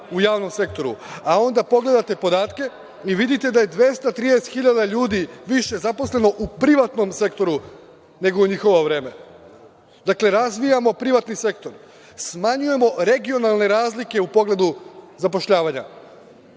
u javnom sektoru, a onda pogledate podatke i vidite da je 230.000 ljudi više zaposleno u privatnom sektoru, nego u njihovo vreme. Dakle, razvijamo privatni sektor, smanjujemo regionalne razlike u pogledu zapošljavanja,